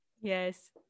Yes